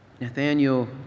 Nathaniel